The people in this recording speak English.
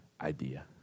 idea